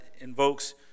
invokes